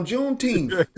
Juneteenth